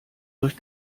durch